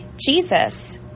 Jesus